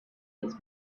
its